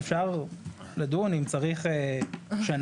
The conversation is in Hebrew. אפשר לדון אם צריך שנה,